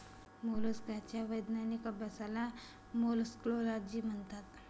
मोलस्काच्या वैज्ञानिक अभ्यासाला मोलॅस्कोलॉजी म्हणतात